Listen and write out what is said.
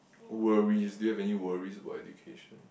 worries do you have any worries about education